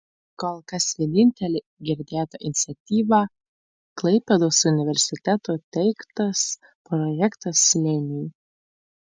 kol kas vienintelė girdėta iniciatyva klaipėdos universiteto teiktas projektas slėniui